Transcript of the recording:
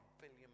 billion